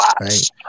right